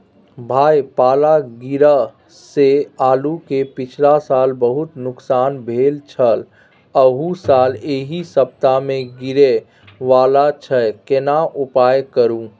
भाई पाला गिरा से आलू के पिछला साल बहुत नुकसान भेल छल अहू साल एहि सप्ताह में गिरे वाला छैय केना उपाय करू?